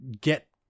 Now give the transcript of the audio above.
get